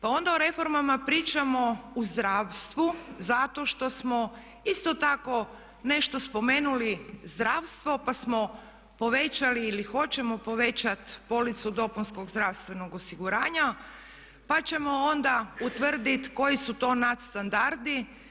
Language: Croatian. Pa onda o reformama pričamo u zdravstvu zato što smo isto tako nešto spomenuli zdravstvo pa smo povećali ili hoćemo povećati policu dopunskog zdravstvenog osiguranja, pa ćemo onda utvrditi koji su to nadstandardi.